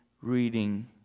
reading